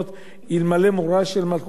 איש את רעהו חיים בלעו".